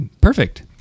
Perfect